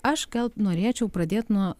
aš gal norėčiau pradėt nuo